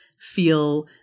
feel